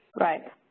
Right